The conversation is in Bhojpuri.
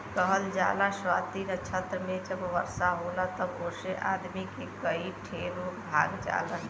कहल जाला स्वाति नक्षत्र मे जब वर्षा होला तब ओसे आदमी के कई ठे रोग भाग जालन